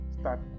start